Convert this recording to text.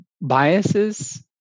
biases